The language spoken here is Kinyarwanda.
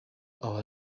our